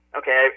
okay